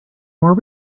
more